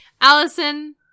Allison